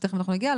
שתיכף נגיע,